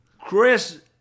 Chris